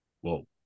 Whoa